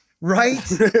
Right